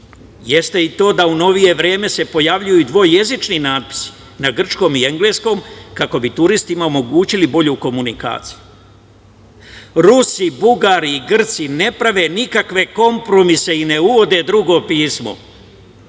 Jeste i to da u novije vreme se pojavljuju i dvojezični natpisi na grčkom i engleskom kako bi turistima omogućili bolju komunikaciju. Rusi, Bugari i Grci ne prave nikakve kompromise i ne uvode drugo pismo.